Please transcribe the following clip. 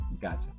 gotcha